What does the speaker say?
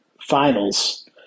finals